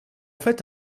fait